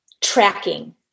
tracking